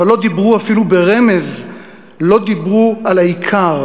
אבל אפילו ברמז לא דיברו על העיקר.